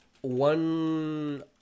one